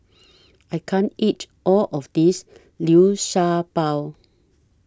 I can't eat All of This Liu Sha Bao